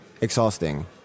exhausting